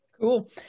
Cool